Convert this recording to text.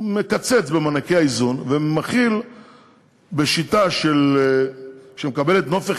פעולה מלא ומקיים ישיבות קבועות עם נציגי